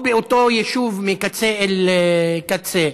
או באותו יישוב מקצה אל קצה.